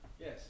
Yes